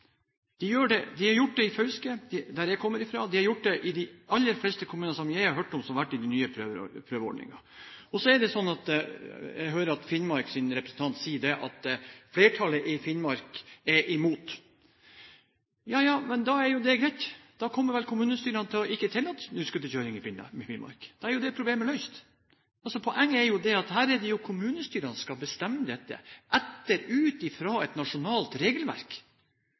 De har gjort det i Fauske, der jeg kommer fra, og de har gjort det i de aller fleste kommuner som jeg har hørt om, som har vært i den nye prøveordningen. Så er det sånn at jeg hørte Finnmarks representant si at flertallet i Finnmark er imot. Ja, men da er jo det greit. Da kommer vel ikke kommunestyrene til å tillate snøscooterkjøring i Finnmark. Da er jo det problemet løst. Poenget er jo at dette er det kommunestyrene som skal bestemme, ut ifra et nasjonalt regelverk.